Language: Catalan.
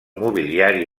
mobiliari